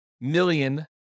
million